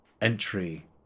Entry